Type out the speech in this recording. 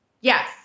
Yes